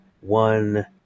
one